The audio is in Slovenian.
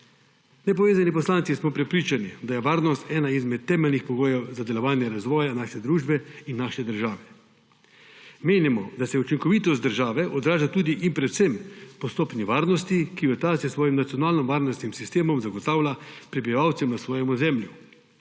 Nepovezani poslanci smo prepričani, da je varnost ena izmed temeljnih pogojev za delovanje razvoja naše družbe in naše države. Menimo, da se učinkovitost države odraža tudi in predvsem postopni varnosti, ki jih s svojim nacionalno varnostnim sistemom zagotavlja prebivalcem na svojem ozemlju.